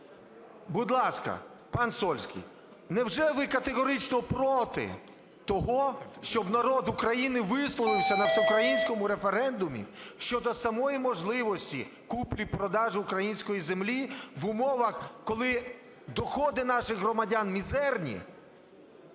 Будь ласка, пан Сольський, невже ви категорично проти того, щоб народ України висловився на всеукраїнському референдумі щодо самої можливості купівлі-продажу української землі в умовах, коли доходи наших громадян мізерні.